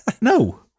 No